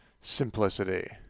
simplicity